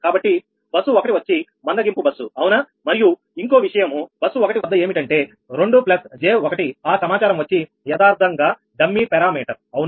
కాబట్టి బస్సు ఒకటి వచ్చి మందగింపు బస్సు అవునా మరియు ఇంకో విషయం బస్సు 1 వద్ద ఏమిటంటే 2 j1 ఆ సమాచారము వచ్చి యదార్ధంగా డమ్మీ పారామీటర్ అవునా